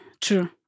true